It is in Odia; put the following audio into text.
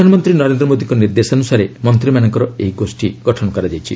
ପ୍ରଧାନମନ୍ତ୍ରୀ ନରେନ୍ଦ୍ର ମୋଦୀଙ୍କ ନିର୍ଦ୍ଦେଶାନୁସାରେ ମନ୍ତ୍ରୀମାନଙ୍କର ଏହି ଗୋଷ୍ଠୀ ଗଠନ କରାଯାଇଛି